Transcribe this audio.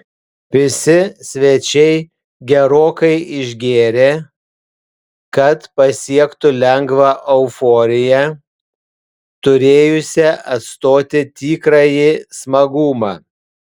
visi svečiai gerokai išgėrė kad pasiektų lengvą euforiją turėjusią atstoti tikrąjį smagumą